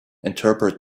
interpret